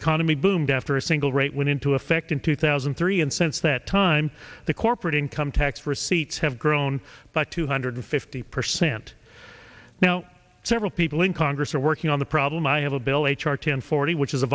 economy boomed after a single rate went into effect in two thousand and three and since that time the corporate income tax receipts have grown but two hundred fifty percent now several people in congress are working on the problem i have a bill h r ten forty which is a